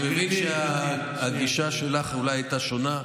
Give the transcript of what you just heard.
אני מבין שהגישה שלך אולי הייתה שונה,